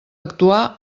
actuar